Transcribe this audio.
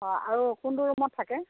অ' আৰু কোনটো ৰুমত থাকে